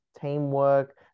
teamwork